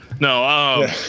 No